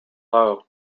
low